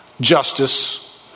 Justice